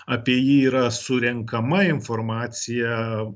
apie jį yra surenkama informacija